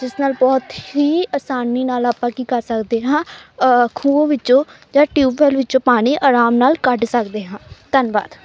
ਜਿਸ ਨਾਲ ਬਹੁਤ ਹੀ ਆਸਾਨੀ ਨਾਲ ਆਪਾਂ ਕੀ ਕਰ ਸਕਦੇ ਹਾਂ ਖੂਹ ਵਿੱਚੋਂ ਜਾਂ ਟਿਊਬਵੈਲ ਵਿੱਚੋਂ ਪਾਣੀ ਆਰਾਮ ਨਾਲ ਕੱਢ ਸਕਦੇ ਹਾਂ ਧੰਨਵਾਦ